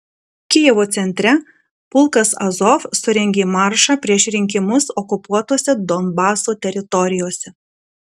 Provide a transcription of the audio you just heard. kijevo centre pulkas azov surengė maršą prieš rinkimus okupuotose donbaso teritorijose